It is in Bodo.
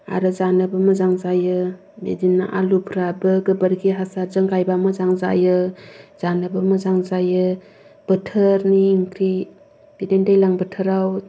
आरो जानोबो मोजां जायो बिदिनो आलुफोराबो गोबोरखि हासारजों गायबा मोजां जायो जानोबो मोजां जायो बोथोरनि ओंख्रि बिदिनो दैज्लां बोथोराव